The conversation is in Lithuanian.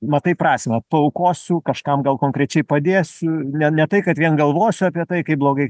matai prasmę paaukosiu kažkam gal konkrečiai padėsiu ne ne tai kad vien galvosiu apie tai kaip blogai